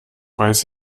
weiß